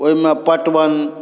ओहिमे पटवन